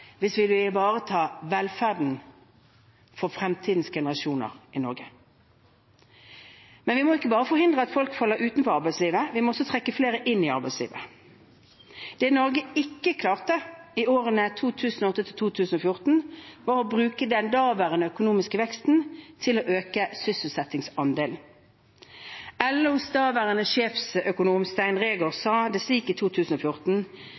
hvis vi vil ivareta velferden for fremtidens generasjoner i Norge. Men vi må ikke bare forhindre at folk faller utenfor arbeidslivet, vi må også trekke flere inn i arbeidslivet. Det Norge ikke klarte i årene 2008–2014, var å bruke den daværende økonomiske veksten til å øke sysselsettingsandelen. LOs daværende sjefsøkonom Stein Reegård sa det slik i 2014: